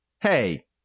Hey